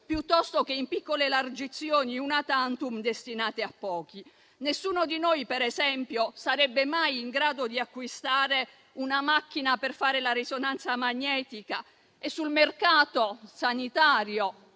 piuttosto che in piccole elargizioni *una tantum* destinate a pochi. Nessuno di noi, per esempio, sarebbe mai in grado di acquistare una macchina per fare la risonanza magnetica e sul mercato sanitario